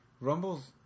Rumble's